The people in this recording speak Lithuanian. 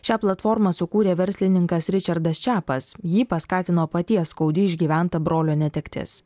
šią platformą sukūrė verslininkas ričardas čepas jį paskatino paties skaudi išgyventa brolio netektis